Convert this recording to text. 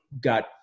got